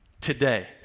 today